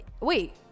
Wait